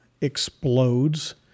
explodes